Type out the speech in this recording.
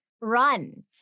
run